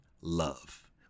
love